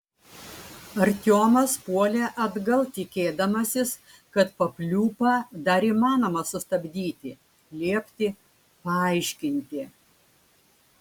artiomas puolė atgal tikėdamasis kad papliūpą dar įmanoma sustabdyti liepti paaiškinti